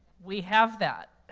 we have that.